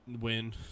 win